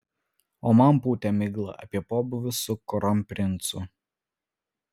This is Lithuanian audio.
o man pūtė miglą apie pobūvius su kronprincu